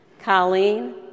Colleen